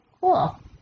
Cool